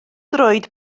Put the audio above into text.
droed